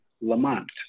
Lamont